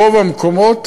ברוב המקומות